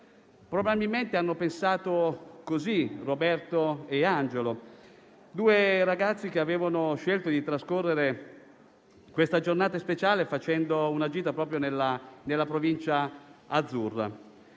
Probabilmente hanno pensato così Roberta e Angelo, due ragazzi che avevano scelto di trascorrere questa giornata speciale facendo una gita proprio nella Provincia azzurra.